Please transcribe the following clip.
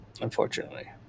unfortunately